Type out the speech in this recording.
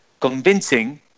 convincing